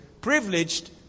privileged